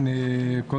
יותר